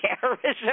terrorism